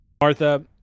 Martha